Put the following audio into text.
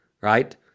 right